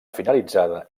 finalitzada